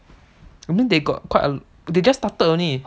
I mean they got quite a they just started only